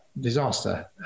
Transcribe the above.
disaster